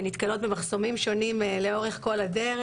נתקלות במחסומים שונים לאורך כל הדרך.